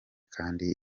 kandi